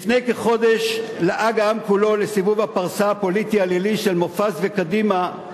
לפני כחודש לעג העם כולו לסיבוב הפרסה הפוליטי הלילי של מופז וקדימה.